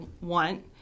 want